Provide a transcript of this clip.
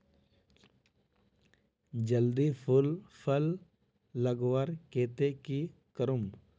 जल्दी फूल फल लगवार केते की करूम?